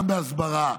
גם בהסברה,